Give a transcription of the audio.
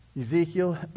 Ezekiel